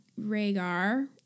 Rhaegar